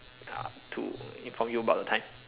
ya to inform you about the time